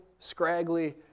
scraggly